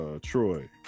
Troy